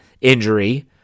injury